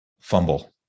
fumble